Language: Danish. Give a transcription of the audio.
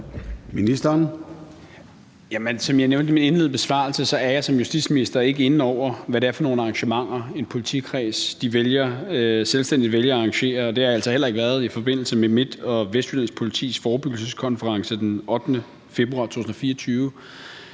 Som jeg nævnte i min indledende besvarelse, er jeg som justitsminister ikke inde over, hvad det er for nogle arrangementer, en politikreds selvstændigt vælger at arrangere, og det har jeg altså heller ikke været i forbindelse med Midt- og Vestjyllands Politis forebyggelseskonference den 8. februar 2024.